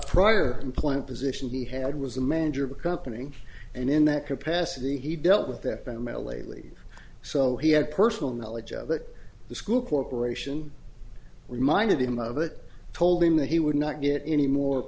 prior employment position he had was a manager of a company and in that capacity he dealt with that by mel lately so he had personal knowledge of it the school corporation reminded him of it told him that he would not get any more